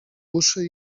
uszy